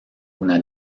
una